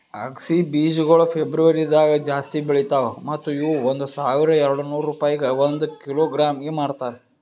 ಅಗಸಿ ಬೀಜಗೊಳ್ ಫೆಬ್ರುವರಿದಾಗ್ ಜಾಸ್ತಿ ಬೆಳಿತಾವ್ ಮತ್ತ ಇವು ಒಂದ್ ಸಾವಿರ ಎರಡನೂರು ರೂಪಾಯಿಗ್ ಒಂದ್ ಕಿಲೋಗ್ರಾಂಗೆ ಮಾರ್ತಾರ